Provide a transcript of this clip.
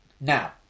Now